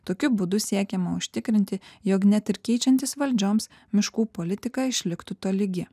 tokiu būdu siekiama užtikrinti jog net ir keičiantis valdžioms miškų politika išliktų tolygi